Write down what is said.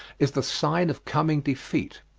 is the sign of coming defeat,